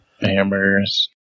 hammers